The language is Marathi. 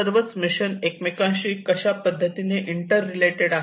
सर्वच मिशन एकमेकाशी कशा पद्धतीने इंटर रिलेटेड आहेत